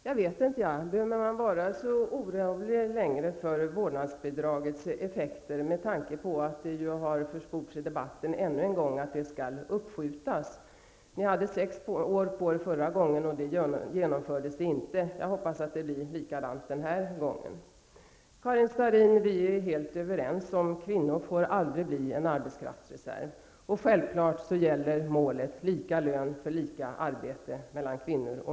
Herr talman! Jag vet inte om man längre behöver vara så orolig för vårdnadsbidragets effekter med tanke på att det än en gång har försports i debatten att det skall uppskjutas. Ni hade sex år på er förra gången, och då genomfördes det inte. Jag hoppas att det blir likadant den här gången. Karin Starrin, vi är helt överens om att kvinnor aldrig får bli en arbetskraftsreserv. Självfallet gäller målet lika lön för lika arbete.